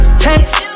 taste